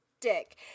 dick